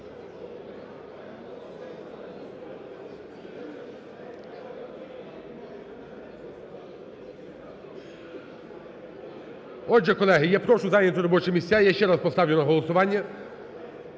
Отже, колеги, я прошу зайняти робочі місця, я ще раз поставлю на голосування.